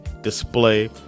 display